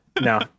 no